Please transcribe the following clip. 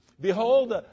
Behold